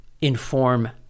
inform